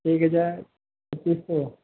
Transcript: ठीक है पच्चीस सौ